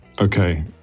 Okay